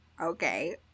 Okay